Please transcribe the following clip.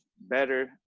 better